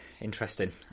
interesting